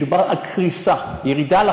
מדובר בקריסה: ירידה,